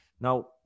Now